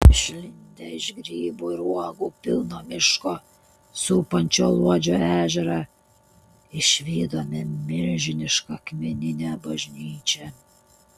išlindę iš grybų ir uogų pilno miško supančio luodžio ežerą išvydome milžinišką akmeninę bažnyčią